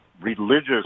religious